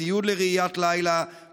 ציוד לראיית לילה,